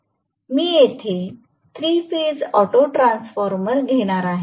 मी येथे 3 phase auto transformer घेणार आहे